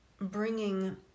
bringing